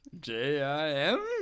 J-I-M